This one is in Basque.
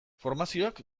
formazioak